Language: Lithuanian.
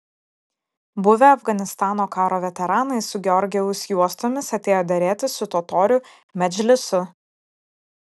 buvę afganistano karo veteranai su georgijaus juostomis atėjo derėtis su totorių medžlisu